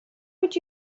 would